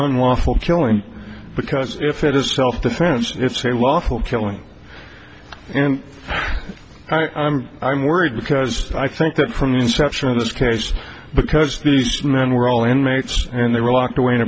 unlawful killing because if it is self defense it's a lawful killing and i'm worried because i think that from the inception of this case because these men were all inmates and they were locked away in a